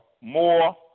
more